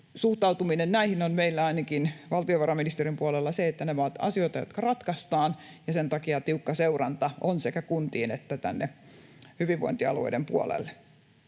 suhtautuminen näihin on ainakin meillä valtiovarainministeriön puolella se, että nämä ovat asioita, jotka ratkaistaan, ja sen takia on tiukka seuranta sekä kuntiin että hyvinvointialueiden puolelle.